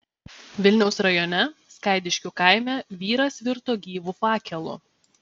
vilniaus rajone skaidiškių kaime vyras virto gyvu fakelu